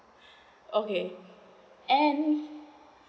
okay and